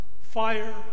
fire